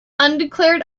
undeclared